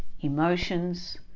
emotions